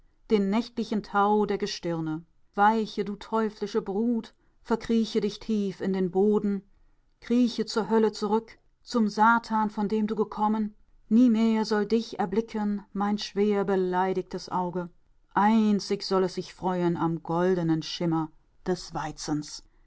den nächtlichen tau der gestirne weiche du teuflische brut verkrieche dich tief in den boden krieche zur hölle zurück zum satan von dem du gekommen nie mehr soll dich erblicken mein schwer beleidigtes auge einzig soll es sich freuen am goldenen schimmer des weizens